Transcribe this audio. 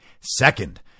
Second